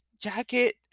jacket